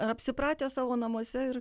ar apsipratę savo namuose ir